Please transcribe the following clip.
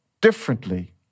differently